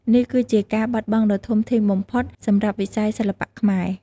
នេះគឺជាការបាត់បង់ដ៏ធំធេងបំផុតសម្រាប់វិស័យសិល្បៈខ្មែរ។